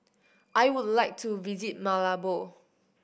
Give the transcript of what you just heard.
I would like to visit Malabo